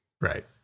Right